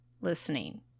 listening